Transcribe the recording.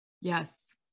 Yes